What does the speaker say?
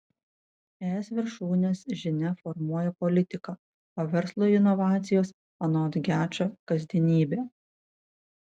es viršūnės žinia formuoja politiką o verslui inovacijos anot gečo kasdienybė